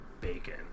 bacon